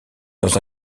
dans